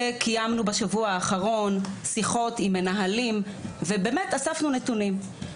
וקיימנו בשבוע האחרון שיחות עם מנהלים ובאמת אספנו נתונים.